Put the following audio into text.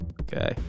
Okay